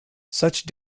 such